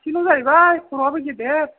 सासेल' जाहैबाय खर'याबो गेदेर